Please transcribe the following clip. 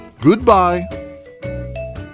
Goodbye